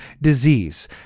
disease